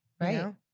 Right